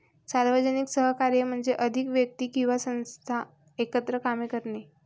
सार्वजनिक सहकार्य म्हणजे अधिक व्यक्ती किंवा संस्था एकत्र काम करणे